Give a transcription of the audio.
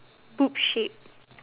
poop shade